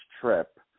trip